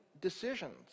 decisions